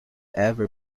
ever